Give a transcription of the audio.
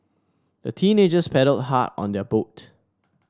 the teenagers paddled hard on their boat